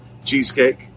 Cheesecake